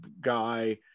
guy